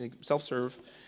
Self-serve